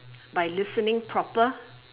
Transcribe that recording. by listening proper